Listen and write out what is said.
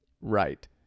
Right